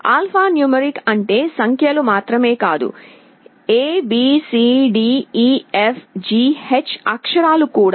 alphanumeric అంటే సంఖ్యలు మాత్రమే కాదు abcdefgh అక్షరాలు కూడా